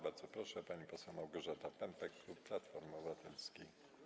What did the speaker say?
Bardzo proszę, pani poseł Małgorzata Pępek, klub Platformy Obywatelskiej.